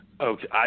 Okay